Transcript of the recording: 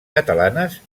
catalanes